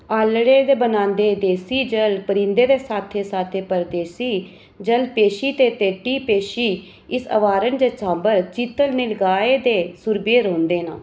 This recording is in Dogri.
आह्लड़े दे बनांदे देसी जल परिंदें दे साथें साथें परदेसी जल पेछी ते तेती पेछी इस अभारण च सांभर चीतल नीलगाय ते सुर बी रौंह्दे न